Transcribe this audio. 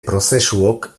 prozesuok